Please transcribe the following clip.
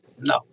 no